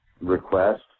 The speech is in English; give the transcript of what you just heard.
request